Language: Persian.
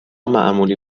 معمولی